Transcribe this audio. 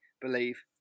believe